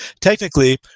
technically